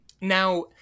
Now